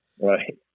Right